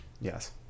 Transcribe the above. Yes